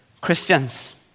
Christians